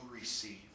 receive